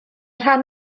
rhan